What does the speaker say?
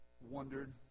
wondered